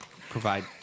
provide